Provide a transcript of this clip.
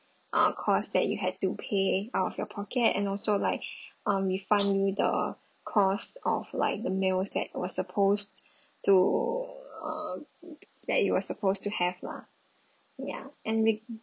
uh cost that you had to pay out of your pocket and also like uh refund you the cost of like the meals that was supposed to uh that you were supposed to have lah ya and we